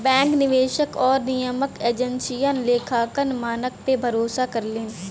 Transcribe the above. bank निवेशक आउर नियामक एजेंसियन लेखांकन मानक पे भरोसा करलीन